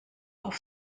auf